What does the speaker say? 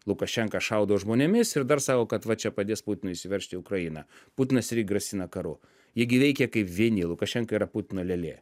lukašenka šaudo žmonėmis ir dar sako kad va čia padės putinui įsiveržt į ukrainą putinas grasina karu jie gi veikia kaip vieni lukašenka yra putino lėlė